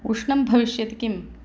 उष्णं भविष्यति किम्